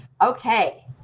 okay